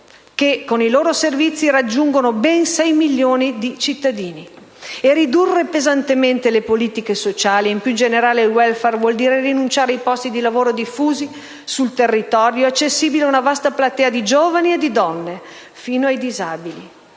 con i loro servizi, raggiungono ben 6 milioni di cittadini. Ridurre pesantemente le politiche sociali e, più in generale, il *welfare* vuol dire rinunciare a posti di lavoro diffusi sul territorio e accessibili ad una vasta platea di giovani e di donne, fino ai disabili.